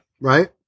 Right